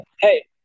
Hey